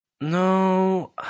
No